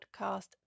podcast